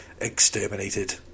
exterminated